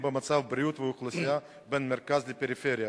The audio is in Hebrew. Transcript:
במצב הבריאות באוכלוסייה בין המרכז לפריפריה.